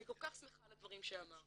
אני כל כך שמחה על הדברים שהוא אמר,